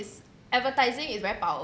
advertising is very powerful